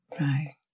Right